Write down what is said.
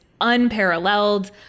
unparalleled